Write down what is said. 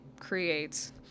creates